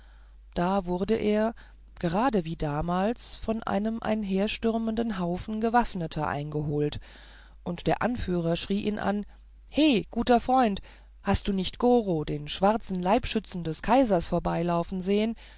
da wurde er gerade wie damals von einem einherstürmenden haufen gewaffneter eingeholt und der anführer schrie ihn an he guter freund hast du nicht goro den schwarzen leibschützen des kaisers vorbeilaufen sehen